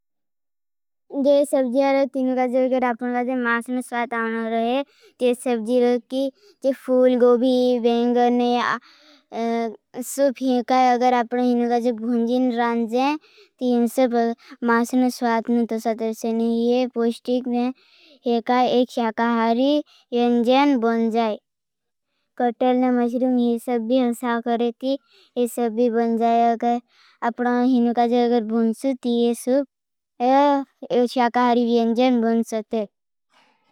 जो सब्जियारो तीनुका जोगर। आपका जो मासन स्वाध आउना रहे। जो सब्जियारो की फूल गोबी बेंगर ने सुप हेकाई। अगर आपका हीनुका जो भूँजीन रांजें। थीन और सब मासन स्वाध ने तुस्वात से न ही। एं पॉष्टिक ने एक स्याकाहारी यंजेन बोन जाई। कटल ना मस्रुम ही सब भी हमसा करे थी। ये सब भी बोन जाए अगर अपना हीनुका जो भूंजीन हई सूप। ये स्याकाहारी यंजेन बन सके।